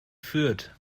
fürth